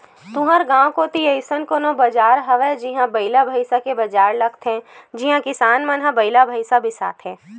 तुँहर गाँव कोती अइसन कोनो बजार हवय जिहां बइला भइसा के बजार लगथे जिहां किसान मन ह बइला भइसा बिसाथे